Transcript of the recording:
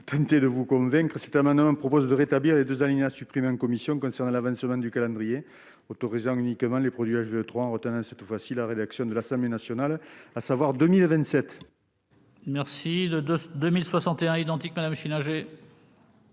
tenter de vous convaincre. Cet amendement vise à rétablir les deux alinéas supprimés en commission concernant l'avancement du calendrier autorisant uniquement les produits HVE 3, en retenant cette fois la rédaction de l'Assemblée nationale, à savoir 2027. La parole est à Mme Patricia Schillinger,